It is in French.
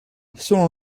selon